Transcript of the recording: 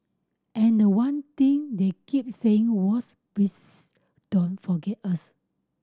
and the one thing they keep saying was please don't forget us